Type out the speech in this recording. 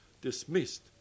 dismissed